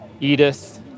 Edith